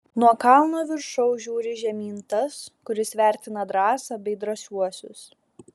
nuo kalno viršaus žiūri žemyn tas kuris vertina drąsą bei drąsiuosius